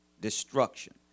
destruction